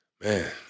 man